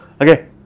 Okay